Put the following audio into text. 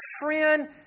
friend